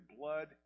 blood